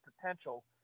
potential